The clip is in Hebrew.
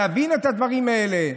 להבין את הדברים האלה.